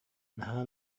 наһаа